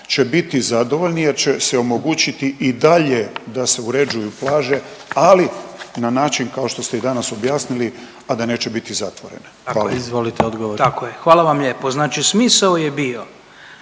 će biti zadovoljni jer će se omogućiti i dalje da se uređuju plaže, ali na način kao što ste i danas objasnili, a da neće biti zatvorene. Hvala. **Jandroković, Gordan (HDZ)** Izvolite odgovor. **Butković, Oleg (HDZ)** Tako je. Hvala vam lijepo. Znači smisao je bio